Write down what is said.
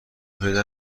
پیدا